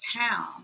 town